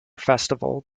festival